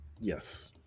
Yes